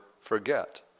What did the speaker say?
Forget